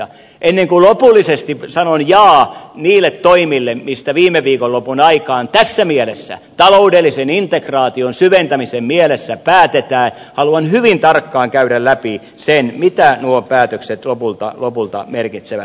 ennen kuin lopullisesti sanon jaa niille toimille mistä viime viikonlopun aikaan tässä mielessä taloudellisen integraation syventämisen mielessä päätetään haluan hyvin tarkkaan käydä läpi sen mitä nuo päätökset lopulta merkitsevät